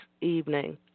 evening